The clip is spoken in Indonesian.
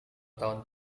tahun